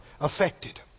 affected